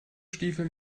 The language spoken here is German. stiefel